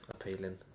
appealing